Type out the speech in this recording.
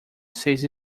seis